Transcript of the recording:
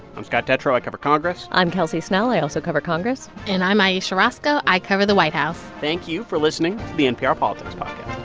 i'm scott detrow. i cover congress i'm kelsey snell. i also cover congress and i'm ayesha rascoe. i cover the white house thank you for listening to the npr politics but